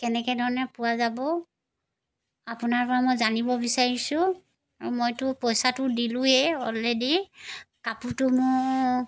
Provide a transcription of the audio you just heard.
কেনেকৈ ধৰণে পোৱা যাব আপোনাৰ পৰা মই জানিব বিচাৰিছোঁ মইতো পইচাটো দিলোঁৱেই অলৰেডি কাপোৰটো মোৰ